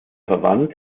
verwandt